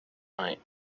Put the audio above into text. night